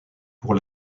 pour